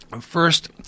First